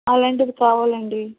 అలాంటిది కావాలండీ